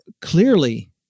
clearly